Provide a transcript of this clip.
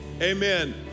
amen